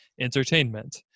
entertainment